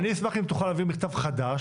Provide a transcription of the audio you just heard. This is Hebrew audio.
אני אשמח אם תוכל להעביר מכתב חדש.